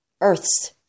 earth's